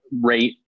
rate